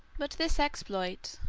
but this exploit,